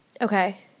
Okay